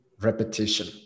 repetition